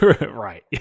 right